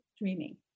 dreaming